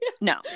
no